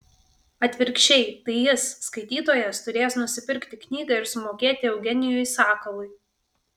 atvirkščiai tai jis skaitytojas turės nusipirkti knygą ir sumokėti eugenijui sakalui